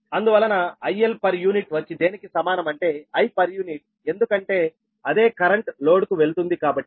అందువలన IL per unit వచ్చి దేనికి సమానం అంటే I ఎందుకంటే అదే కరెంట్ లోడ్ కు వెళుతుంది కాబట్టి